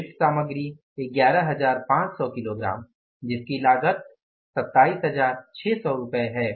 प्रयुक्त सामग्री 11 500 किलोग्राम जिसकी लागत 27 600 रूपए है